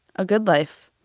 a good life.